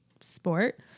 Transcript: sport